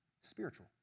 spiritual